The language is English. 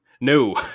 No